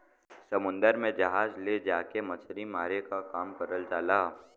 समुन्दर में जहाज ले जाके मछरी मारे क काम करल जाला